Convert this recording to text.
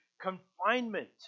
confinement